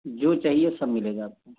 जो चाहिए सब मिलेगा आपको